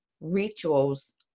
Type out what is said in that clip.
rituals